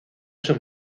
sus